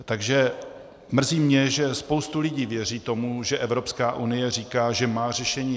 Takže mrzí mě, že spousta lidí věří tomu, že Evropská unie říká, že má řešení.